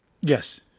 Yes